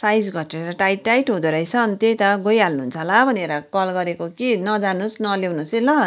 size घटेर tight tight हुँदो रहेछ अनि त्यही त गइहाल्नु हुन्छ होला भनेर कल गरेको कि नजानुहोस् नल्याउनुहोस् है ल